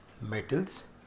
metals